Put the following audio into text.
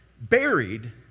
buried